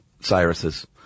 Cyrus's